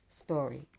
story